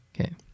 Okay